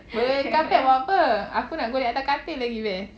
weh carpet buat apa